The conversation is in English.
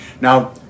Now